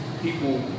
people